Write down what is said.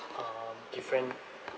um different